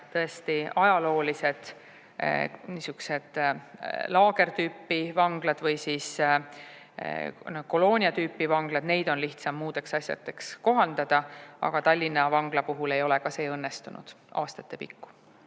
tõesti, ajaloolisi, niisuguseid laagri tüüpi vanglaid või koloonia tüüpi vanglaid on lihtsam muudeks asjadeks kohandada, aga Tallinna vangla puhul ei ole ka see õnnestunud aastate pikku.